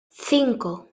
cinco